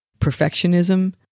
perfectionism